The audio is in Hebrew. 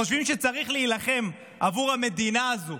חושבים שצריך להילחם עבור המדינה הזאת,